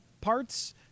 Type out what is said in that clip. parts